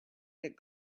that